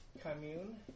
commune